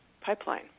Pipeline